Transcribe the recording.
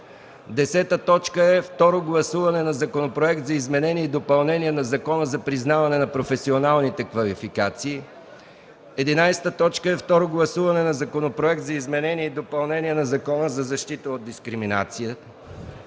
10. Второ гласуване на Законопроект за изменение и допълнение на Закона за признаване на професионални квалификации. 11. Второ гласуване на Законопроект за изменение и допълнение на Закона за защита от дискриминация.